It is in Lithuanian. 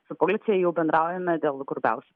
su policija jau bendraujame dėl grubiausių